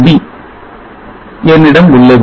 sch என்னிடம் உள்ளது